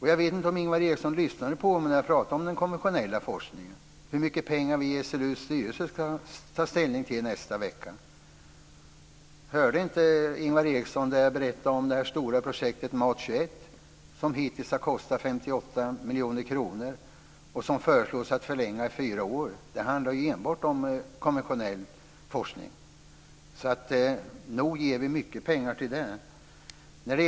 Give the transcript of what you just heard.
Jag vet inte om Ingvar Eriksson lyssnade när jag pratade om den konventionella forskningen och om hur mycket pengar som vi i SLU:s styrelse nästa vecka ska ta ställning till. Hörde inte Ingvar Eriksson vad jag sade när jag berättade om det stora projektet MAT 21, som hittills har kostat 58 miljoner kronor och som föreslås bli förlängt i fyra år? Det handlar enbart om konventionell forskning, så nog ger vi mycket pengar till det området.